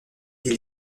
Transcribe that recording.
des